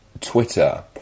Twitter